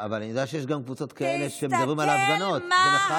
אבל אני יודע שיש גם קבוצות כאלה שבהן מדברים על ההפגנות כמחאה.